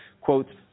quote